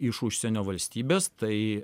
užsienio valstybės tai